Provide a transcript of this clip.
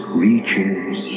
reaches